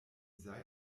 sei